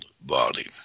body